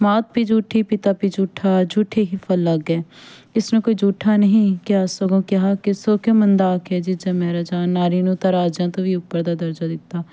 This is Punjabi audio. ਮਾਤ ਭੀ ਜੂਠੀ ਪਿਤਾ ਭੀ ਜੂਠਾ ਜੂਠੇ ਹੀ ਫਲ ਲਾਗੈ ਇਸ ਨੂੰ ਕੋਈ ਜੂਠਾ ਨਹੀਂ ਕਿਹਾ ਸਗੋਂ ਕਿਹਾ ਕਿ ਸੋ ਕਿਉ ਮੰਦਾ ਆਖੀਐ ਜਿਤ ਜੰਮਹਿ ਰਾਜਾਨ ਨਾਰੀ ਨੂੰ ਤਾਂ ਰਾਜਿਆਂ ਤੋਂ ਵੀ ਉੱਪਰ ਦਾ ਦਰਜਾ ਦਿੱਤਾ